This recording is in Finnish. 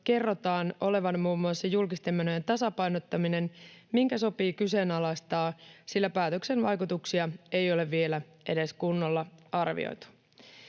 kerrotaan olevan muun muassa julkisten menojen tasapainottaminen, mikä sopii kyseenalaistaa, sillä päätöksen vaikutuksia ei ole vielä edes kunnolla arvioitu.